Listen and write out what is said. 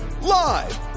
live